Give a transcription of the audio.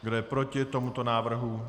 Kdo je proti tomuto návrhu?